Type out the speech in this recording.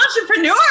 entrepreneur